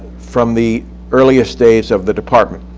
from the earliest days of the department.